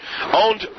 owned